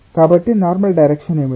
కాబట్టి normal direction ఏమిటి